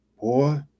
Boy